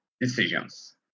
decisions